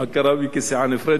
הכרה בי כסיעה נפרדת,